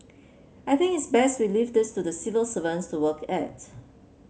I think it's best we leave this to the civil servants to work at